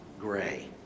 gray